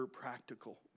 practical